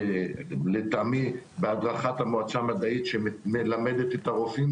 לטעמי בהדרכת המועצה המדעית שמלמדת את הרופאים,